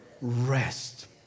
Rest